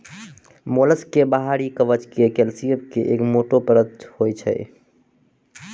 mollusc के बाहरी कवच कैल्सियम के एक मोटो परत होय छै